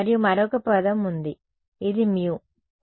మరియు మరొక పదం ఉంది ఇది μ